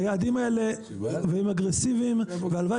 היעדים האלה הם אגרסיביים והלוואי